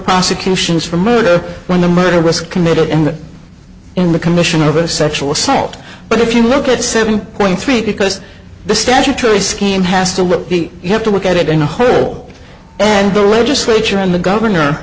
prosecutions for murder when the murder was committed in the in the commission of a sexual assault but if you look at seven point three because the statutory scheme has to repeat you have to look at it in the whole and the legislature and the governor